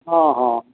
हँ हँ